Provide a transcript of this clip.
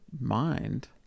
mind